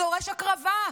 זה דורש הקרבה,